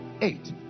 eight